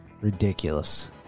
Ridiculous